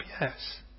yes